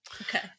Okay